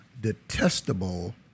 detestable